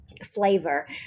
flavor